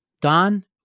Don